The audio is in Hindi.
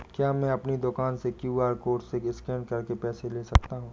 क्या मैं अपनी दुकान में क्यू.आर कोड से स्कैन करके पैसे ले सकता हूँ?